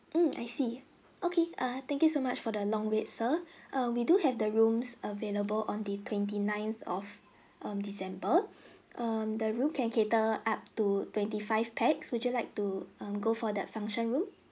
mm I see okay err thank you so much for the long wait sir err we do have the rooms available on the twenty ninth of um december um the room can cater up to twenty five pax would you like to um go for that function room